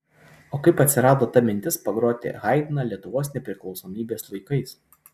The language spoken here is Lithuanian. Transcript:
o kaip atsirado ta mintis pagroti haidną lietuvos nepriklausomybės laikais